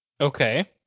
Okay